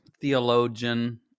theologian